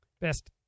best